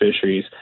fisheries